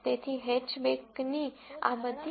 તેથી હેચબેક્ની આ બધી સાચી ધારણાઓ છે